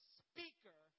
speaker